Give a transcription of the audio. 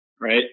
right